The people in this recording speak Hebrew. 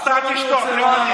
אתה תשתוק.